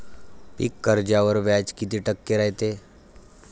पीक कर्जावर व्याज किती टक्के रायते?